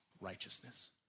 Righteousness